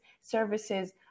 services